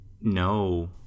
No